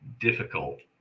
difficult